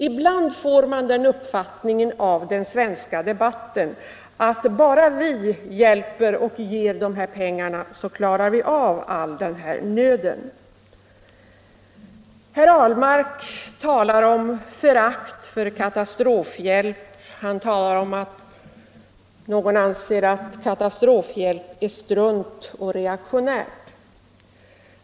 Ibland får man den uppfattningen av den svenska debatten att bara vi hjälper och ger dessa pengar klarar vi av all den här nöden. Herr Ahlmark talar om förakt för katastrofhjälp, han talar om att någon anser att katastrofhjälp är strunt och reaktionärt.